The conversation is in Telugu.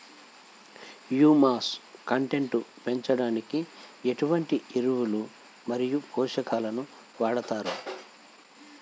హ్యూమస్ కంటెంట్ పెంచడానికి ఎటువంటి ఎరువులు మరియు పోషకాలను వాడతారు?